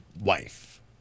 wife